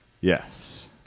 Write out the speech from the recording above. Yes